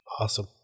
Awesome